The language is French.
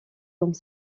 dans